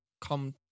come